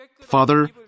Father